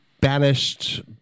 banished